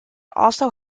also